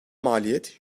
maliyet